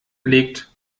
legt